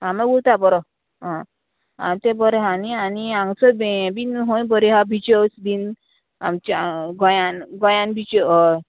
आं म्हळ्या उलता बरो आं आं तें बरें आहा न्ही आनी हांगचो यें बीन हय बरी आहा बिच्योच बीन आमच्या गोंयान गोंयान बिच्यो हय